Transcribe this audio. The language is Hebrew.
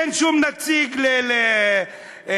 אין שום נציג לאמנים.